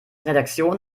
redaktion